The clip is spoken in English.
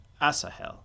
Asahel